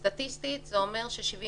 סטטיסטית זה אומר ש-75